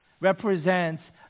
represents